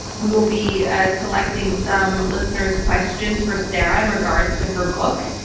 we will be ah selecting some listeners' questions for sarah in regards to her book.